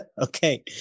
okay